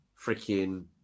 freaking